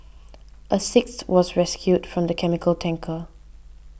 a sixth was rescued from the chemical tanker